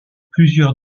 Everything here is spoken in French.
plusieurs